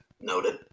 noted